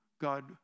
God